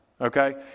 Okay